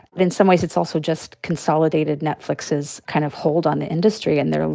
but in some ways, it's also just consolidated netflix's kind of hold on the industry. and they're,